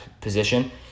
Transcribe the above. position